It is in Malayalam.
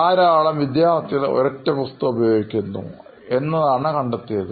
ധാരാളം വിദ്യാർത്ഥികൾ ഒരൊറ്റ പുസ്തകം ഉപയോഗിക്കുന്നു എന്നതാണു കണ്ടെത്തിയത്